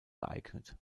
geeignet